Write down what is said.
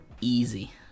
Easy